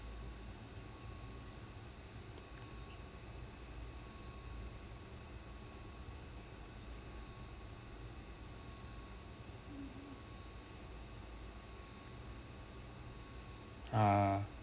ah